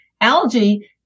Algae